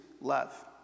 love